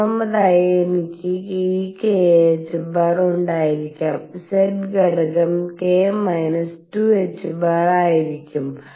മൂന്നാമതായി എനിക്ക് ഈ kℏ ഉണ്ടായിരിക്കാം z ഘടകം k −2 ℏ ആയിരിക്കും